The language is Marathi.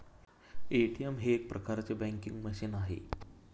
ए.टी.एम हे एक प्रकारचे बँकिंग मशीन आहे